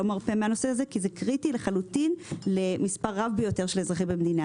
מרפה מהנושא הזה כי הוא קריטי לחלוטין למספר רב ביותר של אזרחים במדינה.